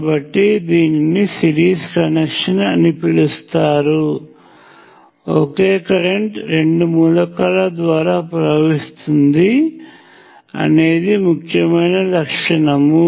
కాబట్టి దీనిని series connection అని పిలుస్తారు ఒకే కరెంట్ రెండు మూలకాల ద్వారా ప్రవహిస్తుంది అనేది ముఖ్యమయిన లక్షణము